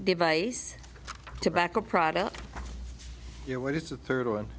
device tobacco products you know what is the third one